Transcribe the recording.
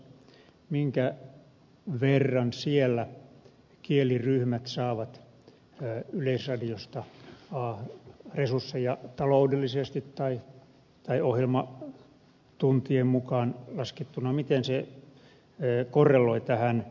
minkä verran niissä kieliryhmät saavat yleisradiosta resursseja taloudellisesti tai ohjelmatuntien mukaan laskettuna miten se korreloi tähän